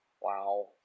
Wow